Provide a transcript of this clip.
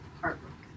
heartbroken